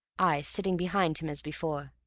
i sitting behind him as before.